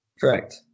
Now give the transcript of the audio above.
correct